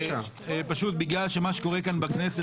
פשוט בגלל מה שקורה כאן בכנסת,